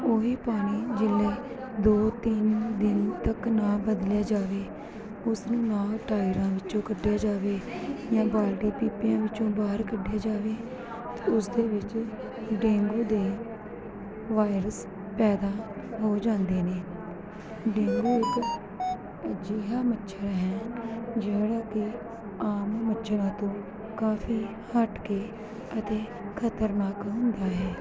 ਉਹੀ ਪਾਣੀ ਜਿਵੇਂ ਦੋ ਤਿੰਨ ਦਿਨ ਤੱਕ ਨਾ ਬਦਲਿਆ ਜਾਵੇ ਉਸਨੂੰ ਨਾ ਟਾਈਰਾਂ ਵਿੱਚੋਂ ਕੱਢਿਆ ਜਾਵੇ ਜਾਂ ਬਾਲਟੀਆਂ ਪੀਪਿਆਂ ਵਿੱਚੋਂ ਬਾਹਰ ਕੱਢਿਆ ਜਾਵੇ ਉਸ ਦੇ ਵਿੱਚ ਡੇਂਗੂ ਦੇ ਵਾਇਰਸ ਪੈਦਾ ਹੋ ਜਾਂਦੇ ਨੇ ਡੇਂਗੂ ਇੱਕ ਅਜਿਹਾ ਮੱਛਰ ਹੈ ਜਿਹੜੇ ਕਿ ਆਮ ਮੱਛਰਾਂ ਤੋਂ ਕਾਫੀ ਹੱਟ ਕੇ ਅਤੇ ਖਤਰਨਾਕ ਹੁੰਦਾ ਹੈ